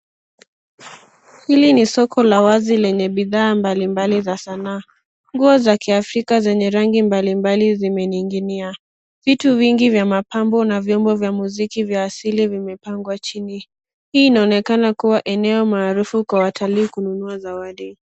Hili ni soko la wazi lenye bidhaa mbalimbali za sanaa. Nguo za kiafrika zenye rangi mbalimbali zimening'inia. Vitu vingi vya mapambo na vyombo za muziki vya asili vimepangwa chini. Hii inaonekana kuwa eneo maarufu kwa watalii kununua zawadi.